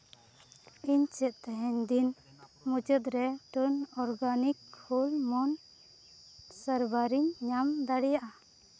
ᱤᱧ ᱪᱮᱫ ᱛᱮᱦᱮᱧ ᱫᱤᱱ ᱢᱩᱪᱟᱹᱫ ᱨᱮ ᱴᱳᱢ ᱚᱨᱜᱟᱱᱤᱠ ᱦᱳᱞ ᱢᱚᱝ ᱥᱟᱨᱵᱷᱟᱨᱤᱧ ᱧᱟᱢ ᱫᱟᱲᱮᱭᱟᱜᱼᱟ